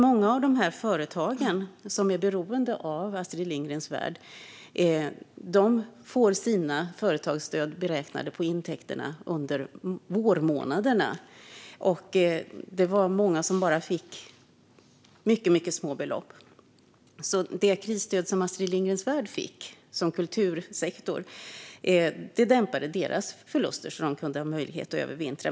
Många av dessa företag som är beroende av Astrid Lindgrens Värld får sina företagsstöd beräknade på intäkterna under vårmånaderna, och det var många som fick mycket små belopp. Det krisstöd som Astrid Lindgrens Värld fick som kultursektor dämpade deras förluster så att de hade möjlighet att övervintra.